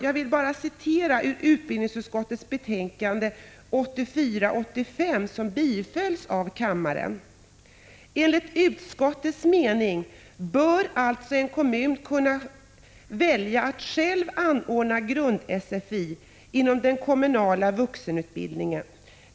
Jag vill citera ur utskottets betänkande 1984/85:6, som bifölls av kammaren: ”Enligt utskottets mening bör alltså en kommun välja att själv anordna grund-sfi inom den kommunala vuxenutbildningen.